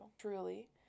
truly